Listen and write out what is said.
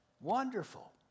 wonderful